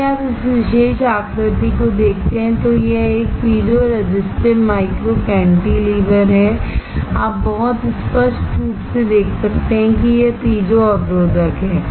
यदि आप इस विशेष आकृति को देखते हैं तो यह एक पीजो रेजिस्टिव माइक्रो कैंटीलेवर है आप बहुत स्पष्ट रूप से देख सकते हैं कि यह पीजो अवरोधक है